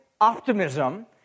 optimism